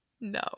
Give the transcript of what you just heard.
No